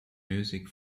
music